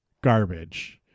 garbage